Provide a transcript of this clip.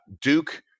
Duke